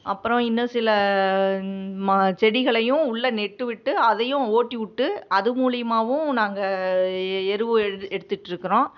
அப்புறம் இன்னும் சில மா செடிகளையும் உள்ளே நட்டு விட்டு அதையும் ஓட்டிவிட்டு அது மூலிமாவும் நாங்கள் எருவை எடுத்துட்டிருக்கறோம்